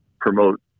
promote